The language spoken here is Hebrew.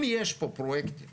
אם יש פה פרויקטים